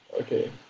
Okay